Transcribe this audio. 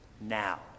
now